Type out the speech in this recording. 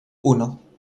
uno